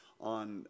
on